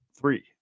three